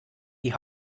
die